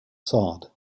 facade